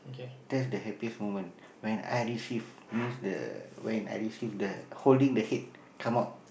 that's the happiest moment when I receive means the when I receive the holding the head come out